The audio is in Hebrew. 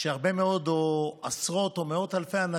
שהרבה מאוד אנשים, עשרות או מאות אלפים,